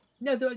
No